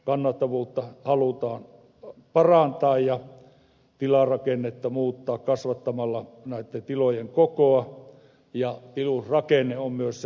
kannattavuutta halutaan parantaa ja tilarakennetta muuttaa kasvattamalla näitten tilojen kokoa ja tilusrakenne on myös se ongelma